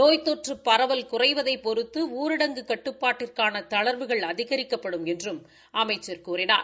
நோய் தொற்று பரவல் குறைவதைப் பொறுத்து ஊரடங்கு கட்டுப்பாட்டிற்கான தளா்வுகள் அதிகரிக்கப்படும் என்றும் அமைச்சர் கூறினார்